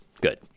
good